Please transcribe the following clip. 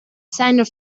seiner